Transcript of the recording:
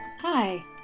Hi